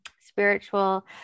spiritual